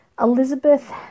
Elizabeth